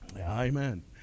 Amen